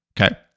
Okay